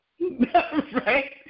right